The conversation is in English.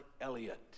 Elliott